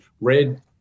red